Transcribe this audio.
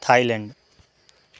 Thailand